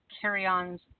carry-ons